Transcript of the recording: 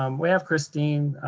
um we have christine,